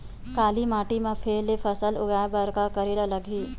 काली माटी म फेर ले फसल उगाए बर का करेला लगही?